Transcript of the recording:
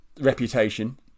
reputation